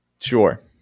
Sure